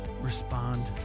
respond